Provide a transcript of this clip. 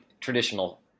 traditional